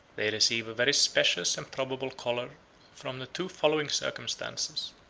they receive a very specious and probable color from the two following circumstances,